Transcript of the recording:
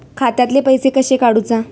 खात्यातले पैसे कशे काडूचा?